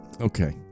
Okay